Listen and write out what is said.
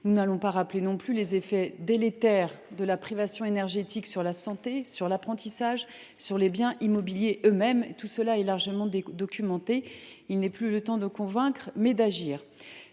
notre pays, pas davantage que les effets délétères de la privation énergétique sur la santé, sur l’apprentissage, sur les biens immobiliers eux mêmes. Tout cela est largement documenté. Il est temps non plus de convaincre, mais d’agir.